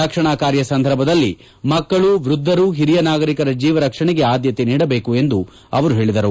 ರಕ್ಷಣಾ ಕಾರ್ಯ ಸಂದರ್ಭದಲ್ಲಿ ಮಕ್ಕಳು ವ್ಯದ್ದರು ಓರಿಯ ನಾಗರಿಕರ ಜೀವ ರಕ್ಷಣೆಗೆ ಆದ್ಯತೆ ನೀಡಬೇಕು ಎಂದು ಅವರು ಹೇಳಿದರು